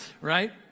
right